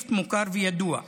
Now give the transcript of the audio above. פשיסט מוכר וידוע,